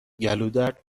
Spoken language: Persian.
گلودرد